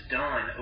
done